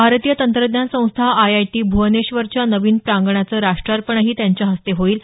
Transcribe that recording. भारतीय तंत्रज्ञान संस्था आयआयटी भूवनेश्वरच्या नवीन प्रांगणाचं राष्ट्रार्पणही त्यांच्या हस्ते होईल